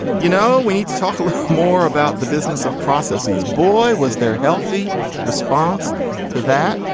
you know, we need to talk a lot more about the business of processs, boy, was there healthy response to that.